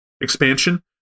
expansion